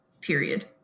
period